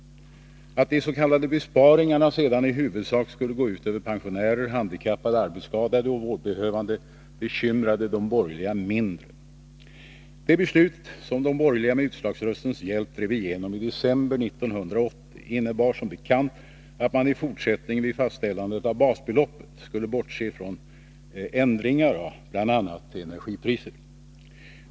Att de s.k. besparingarna sedan i huvudsak skulle gå ut över pensionärer, handikappade, arbetsskadade och vårdbehövande bekymrade de borgerliga mindre. Det beslut som de borgerliga med utslagsröstens hjälp drev igenom i december 1980 innebar som bekant att man i fortsättningen vid fastställandet av basbeloppet skulle bortse från ändringar av bl.a. energipriser.